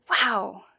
Wow